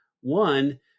one